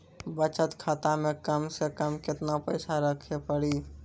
बचत खाता मे कम से कम केतना पैसा रखे पड़ी?